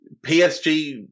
PSG